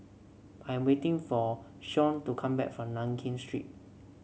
I am waiting for Shon to come back from Nankin Street